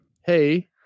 hey